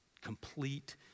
Complete